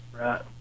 Right